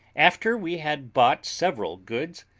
after we had bought several goods,